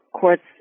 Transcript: courts